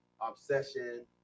obsession